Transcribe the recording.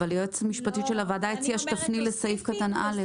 היועצת המשפטית של הוועדה הציעה שתפני לסעיף קטן (א).